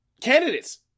candidates